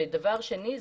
דבר שני,